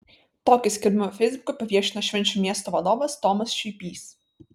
tokį skelbimą feisbuke paviešino švenčių miesto vadovas tomas šiuipys